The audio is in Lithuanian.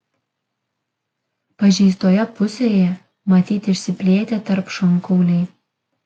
pažeistoje pusėje matyti išsiplėtę tarpšonkauliai